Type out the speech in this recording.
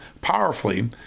powerfully